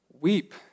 Weep